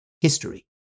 history